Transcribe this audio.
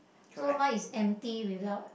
so mine is empty without